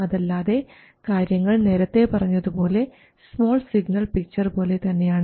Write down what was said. അതല്ലാതെ കാര്യങ്ങൾ നേരത്തെ പറഞ്ഞതുപോലെ സ്മാൾ സിഗ്നൽ പിക്ചർ പോലെ തന്നെയാണ്